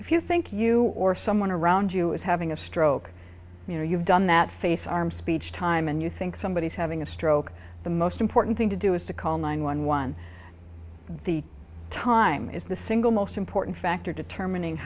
if you think you or someone around you is having a stroke you know you've done that face arms speech time and you think somebody is having a stroke the most important thing to do is to call nine one one the time is the single most important factor determining